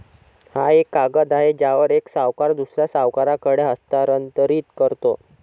हा एक कागद आहे ज्यावर एक सावकार दुसऱ्या सावकाराकडे हस्तांतरित करतो